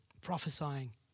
prophesying